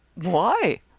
why?